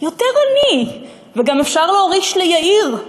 יותר אני, וגם אפשר להוריש ליאיר.